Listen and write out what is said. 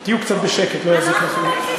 תהיו קצת בשקט, לא יזיק לכם.